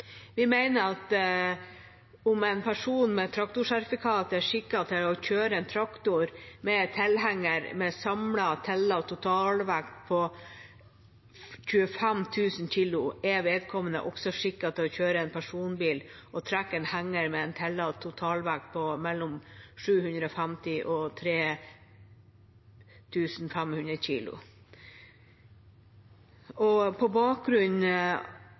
Vi mener at om en person med traktorsertifikat er skikket til å kjøre traktor med tilhenger med samlet tillatt totalvekt på 25 000 kg, er vedkommende også skikket til å kjøre personbil og trekke henger med tillatt totalvekt på mellom 750 kg og 3 500 kg. På bakgrunn